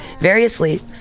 variously